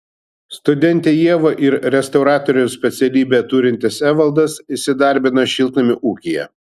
studentė ieva ir restauratoriaus specialybę turintis evaldas įsidarbino šiltnamių ūkyje